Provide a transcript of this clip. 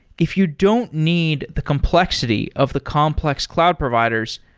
if you don't need the complexity of the complex cloud providers,